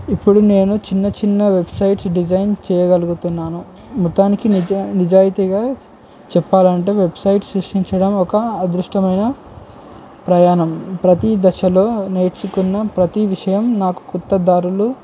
ఇప్పుడు నేను చిన్న చిన్న వెబ్సైట్స్ డిజైన్ చేయగలుగుతున్నాను మొతానికి నిజ నిజాయితీగా చెప్పాలంటే వెబ్సైట్స్ సృష్టించడం ఒక అదృష్టమైన ప్రయాణం ప్రతి దశలో నేర్చుకున్న ప్రతి విషయం నాకు కొత్త దారులు